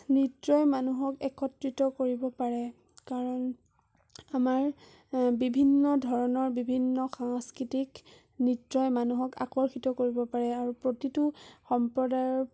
নৃত্যই মানুহক একত্ৰিত কৰিব পাৰে কাৰণ আমাৰ বিভিন্ন ধৰণৰ বিভিন্ন সাংস্কৃতিক নৃত্যই মানুহক আকৰ্ষিত কৰিব পাৰে আৰু প্ৰতিটো সম্প্ৰদায়ৰ